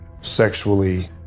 sexually